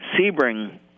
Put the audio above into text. Sebring